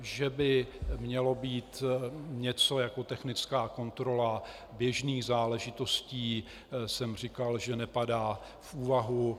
Že by mělo být něco jako technická kontrola běžných záležitostí, jsem říkal, že nepadá v úvahu.